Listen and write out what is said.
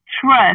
trust